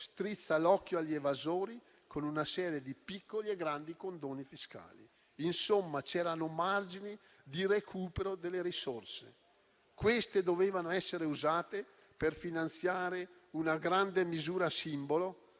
strizza l'occhio agli evasori, con una serie di piccoli e grandi condoni fiscali. Insomma, c'erano margini di recupero delle risorse. Queste dovevano essere usate per finanziare una grande misura simbolo,